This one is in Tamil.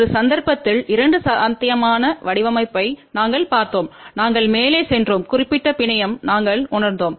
ஒரு சந்தர்ப்பத்தில் இரண்டு சாத்தியமான வடிவமைப்பை நாங்கள் பார்த்தோம் நாங்கள் மேலே சென்றோம் குறிப்பிட்ட பிணையம் நாங்கள் உணர்ந்தோம்